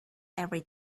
every